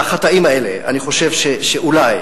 על החטאים האלה אני חושב שאולי,